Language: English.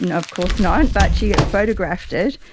and of course not but she photographed it.